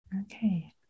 Okay